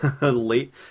late